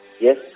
yes